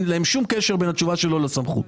להם שום קשר בין התשובה שלו לסמכות.